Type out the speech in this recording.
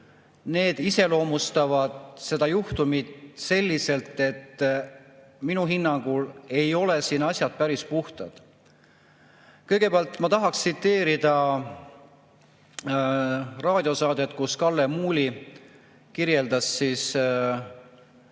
need iseloomustavad seda juhtumit selliselt, et minu hinnangul ei ole siin asjad päris puhtad. Kõigepealt ma tahaks tsiteerida raadiosaadet, kus Kalle Muuli kirjeldas ka seda